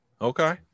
Okay